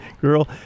girl